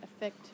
affect